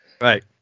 Right